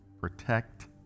protect